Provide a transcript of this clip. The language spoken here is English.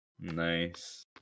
Nice